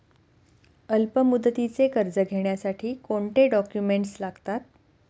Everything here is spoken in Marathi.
अल्पमुदतीचे कर्ज घेण्यासाठी कोणते डॉक्युमेंट्स लागतात?